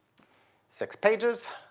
six pages.